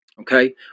okay